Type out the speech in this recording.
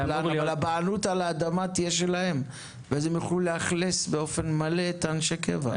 הבעלות על האדמה תהיה שלהם והם יוכלו לאכלס באופן מלא את אנשי הקבע.